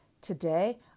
Today